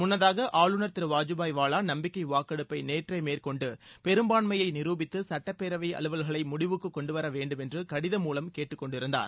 முன்னதாக ஆளுநர் திரு வாஜூபாய் வாவா நம்பிக்கை வாக்கெடுப்பை நேற்றே மேற்கொண்டு பெரும்பான்யையை நிரூபித்து சட்டப்பேரவை அலுவல்களை முடிவுக்கு கொண்டுவர வேண்டுமென்று கடிதம் மூலம் கேட்டுக்கொண்டருந்தார்